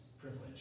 privilege